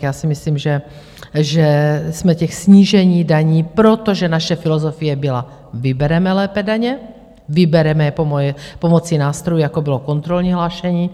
Já si myslím, že jsme těch snížení daní, protože naše filozofie byla: vybereme lépe daně, vybereme je pomocí nástrojů, jako bylo kontrolní hlášení.